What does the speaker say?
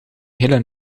hele